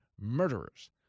Murderers